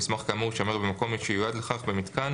מסמך כאמור יישמר במקום שייועד לשם כך במיתקן,